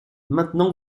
maintenant